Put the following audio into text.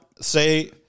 say